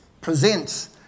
presents